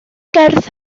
gerdd